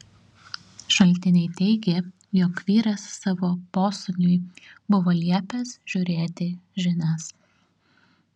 šaltiniai teigė jog vyras savo posūniui buvo liepęs žiūrėti žinias